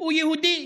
הוא יהודי,